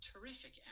terrific